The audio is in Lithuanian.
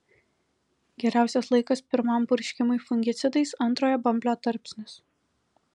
geriausias laikas pirmam purškimui fungicidais antrojo bamblio tarpsnis